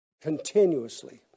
Continuously